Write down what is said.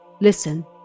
Listen